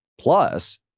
Plus